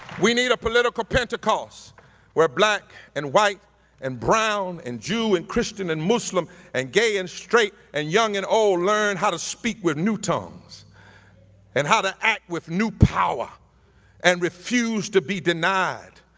we need a political pentecost where black and white and brown and jew and christian and muslim and gay and straight and young and old learn how to speak with new tongues and how to act with new power and refuse to be denied,